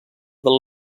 del